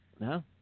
No